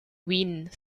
wind